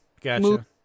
Gotcha